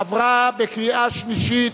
עבר בקריאה שלישית,